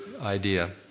idea